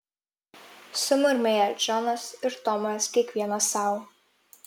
sumurmėję džonas ir tomas kiekvienas sau